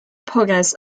progresse